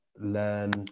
learn